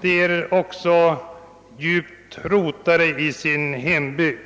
De är också djupt rotade i sin hembygd.